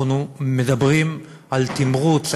אנחנו מדברים על תמרוץ,